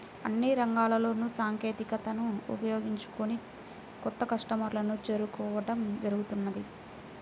అన్ని రంగాల్లోనూ సాంకేతికతను ఉపయోగించుకొని కొత్త కస్టమర్లను చేరుకోవడం జరుగుతున్నది